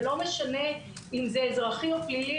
ולא משנה אם זה אזרחי או פלילי,